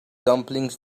dumplings